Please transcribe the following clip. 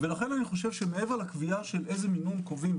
לכן אני חושב שמעבר לקביעה של איזה מינון קובעים,